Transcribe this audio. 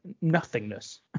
nothingness